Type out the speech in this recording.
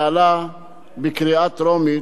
משום מה התפזרנו והלכנו לבחירות,